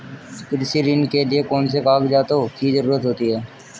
कृषि ऋण के लिऐ कौन से कागजातों की जरूरत होती है?